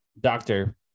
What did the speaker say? doctor